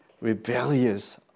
rebellious